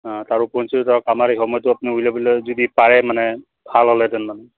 তাৰ উপৰিঞ্চি ধৰক আমাৰ এই সময়তটো আপুনি উলিয়াবলৈ যদি পাৰে মানে ভাল হ'লেহেঁতেন মানে